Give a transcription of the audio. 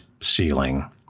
ceiling